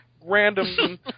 Random